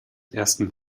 ersten